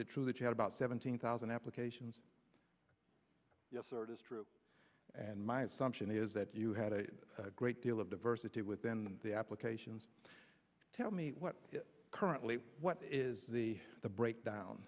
it true that you had about seventeen thousand applications yes sir it is true and my assumption is that you had a great deal of diversity within the applications tell me what it currently what is the the breakdown